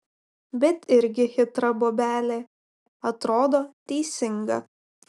bet irgi chitra bobelė atrodo teisinga